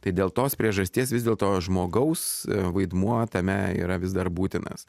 tai dėl tos priežasties vis dėl to žmogaus vaidmuo tame yra vis dar būtinas